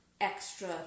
extra